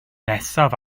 nesaf